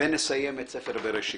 ונסיים את ספר בראשית.